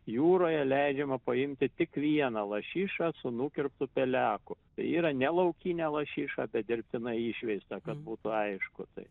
jūroje leidžiama paimti tik vieną lašišą su nukirptu peleku tai yra ne laukinę lašišą bet dirbtinai išveistą kad būtų aišku taip